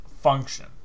function